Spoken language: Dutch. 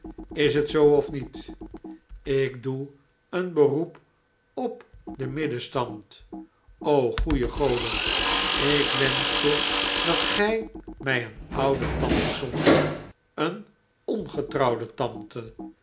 is het zoo of niet ik doe een beroep op den middenstand o goeie goden ikwenschte dat gij mij een oude tante zond een ongetrouwde tante